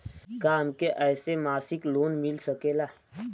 का हमके ऐसे मासिक लोन मिल सकेला?